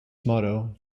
motto